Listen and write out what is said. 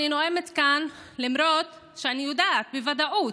אני נואמת כאן למרות שאני יודעת בוודאות